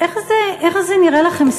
איך זה נראה לכם סביר,